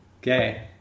Okay